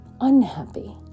unhappy